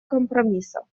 компромисса